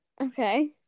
Okay